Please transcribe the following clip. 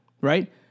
Right